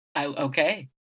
Okay